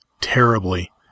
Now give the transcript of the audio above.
Terribly